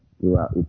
throughout